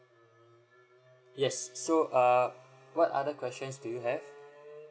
yes so uh what other questions do you have